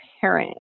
parent